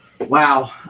Wow